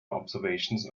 observations